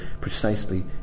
precisely